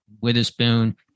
Witherspoon